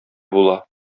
була